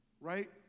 Right